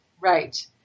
right